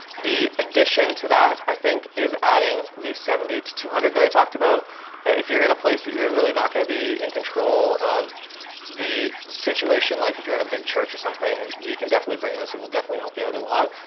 the addition to that i think is adding the seventy to two hundred that i talked about that if you're in a place that you're really not going to be in control of the situation, like if you're in a big church or something, you can definitely bring this. it will definitely help you out a lot.